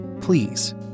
please